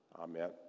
Amen